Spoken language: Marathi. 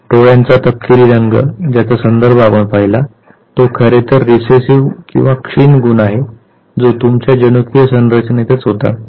तर डोळ्यांचा तपकिरी रंग ज्याचा संदर्भ आपण पाहिला तो खरेतर रिसेसिव्ह किंवा क्षीण गुण आहे जो तुमच्या जनुकीय संरचनेतच होता